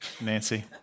Nancy